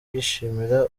gusabana